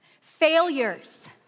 failures